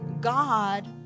God